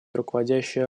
руководящая